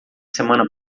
semana